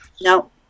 No